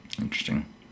interesting